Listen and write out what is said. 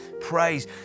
praise